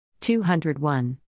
201